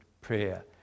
prayer